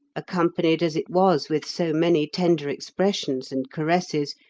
accompanied as it was with so many tender expressions and caresses,